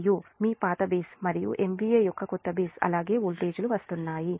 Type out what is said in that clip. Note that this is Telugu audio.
u మీ పాత బేస్ మరియు MVA యొక్క కొత్త బేస్ అలాగే వోల్టేజ్లు వస్తున్నాయి